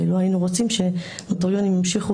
ולא היינו רוצים שנוטריונים ימשיכו